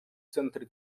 центре